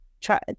try